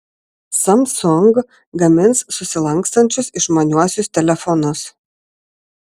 samsung gamins susilankstančius išmaniuosius telefonus